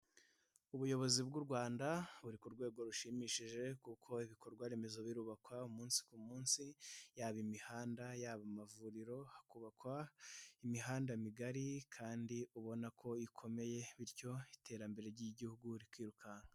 Ubuyobozi bw'u rwanda buri ku rwego rushimishije, kuko ibikorwa remezo birubakwa umunsi ku munsi yaba imihanda, yaba amavuriro, hakubakwa imihanda migari kandi ubona ko ikomeye, bityo iterambere ry'igihugu rikirukanka.